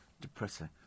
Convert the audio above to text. depressing